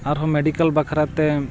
ᱟᱨᱦᱚᱸ ᱢᱮᱰᱤᱠᱮᱞ ᱵᱟᱠᱷᱨᱟ ᱛᱮ